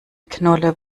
knolle